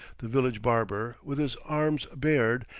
the village barber, with his arms bared,